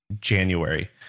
January